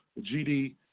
GD